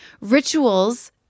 Rituals